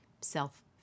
self